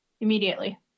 immediately